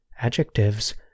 adjectives